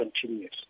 continues